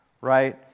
right